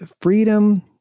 freedom